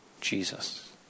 Jesus